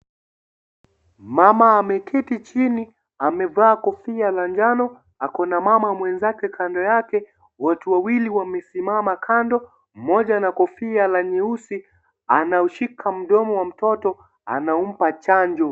Mama ameketi chini amevaa kofia la njano. Ako na mama mwenzake kando yake. Watu wawili wamesimama kando; mmoja ana kofia nyeusi. Anaushika mdomo wa mtoto. Anampa chanjo.